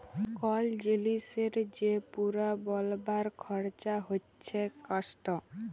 call জিলিসের যে পুরা বলবার খরচা হচ্যে কস্ট